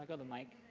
ah the mic